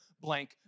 blank